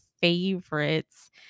favorites